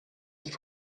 ist